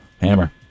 Hammer